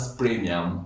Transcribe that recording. premium